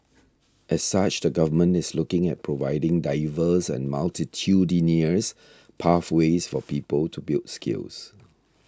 as such the Government is looking at providing diverse and multitudinous pathways for people to build skills